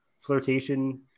flirtation